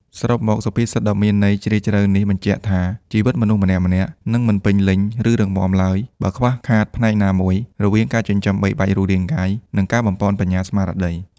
សរុបមក សុភាសិតដ៏មានអត្ថន័យជ្រាលជ្រៅនេះចង់បញ្ជាក់ថា ជីវិតមនុស្សម្នាក់ៗនឹងមិនពេញលេញ ឬរឹងមាំឡើយ បើខ្វះខាតផ្នែកណាមួយ រវាងការចិញ្ចឹមបីបាច់រូបកាយ និងការបំប៉នបញ្ញាស្មារតី។